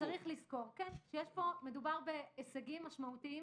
שצריך לזכור שמדובר בהישגים משמעותיים